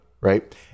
right